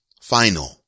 final